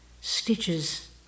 stitches